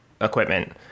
equipment